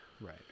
Right